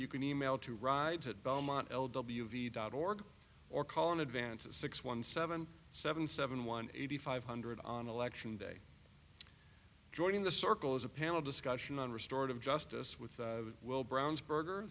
you can email to rides at belmont l w v dot org or call in advance at six one seven seven seven one eighty five hundred on election day joining the circle is a panel discussion on restored of justice with will brown's berger